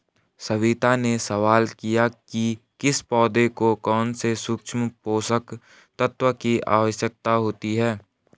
सविता ने सवाल किया कि किस पौधे को कौन से सूक्ष्म पोषक तत्व की आवश्यकता होती है